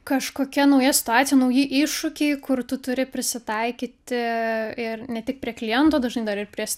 kažkokia nauja situacija nauji iššūkiai kur tu turi prisitaikyti ir ne tik prie kliento dažnai dar ir prie st